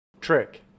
Trick